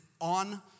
on